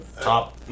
top